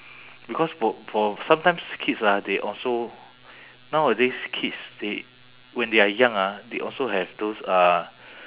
because for for sometimes kids ah they also nowadays kids they when they are young ah they also have those uh